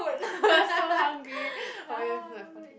so hungry oh make me feel like farting